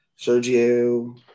Sergio